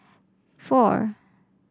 four